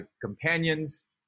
companions